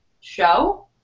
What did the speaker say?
show